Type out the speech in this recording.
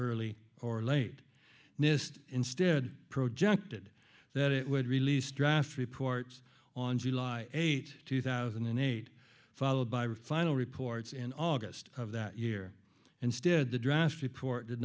early or late nist instead projected that it would release draft reports on july eighth two thousand and eight followed by final reports in august of that year and stead the draft report did